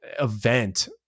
event